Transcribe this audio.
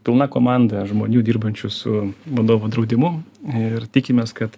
pilna komanda žmonių dirbančių su vadovų draudimu ir tikimės kad